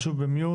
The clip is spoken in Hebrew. את שוב ב-mute.